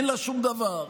אין לה שום דבר,